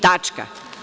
Tačka.